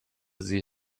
sie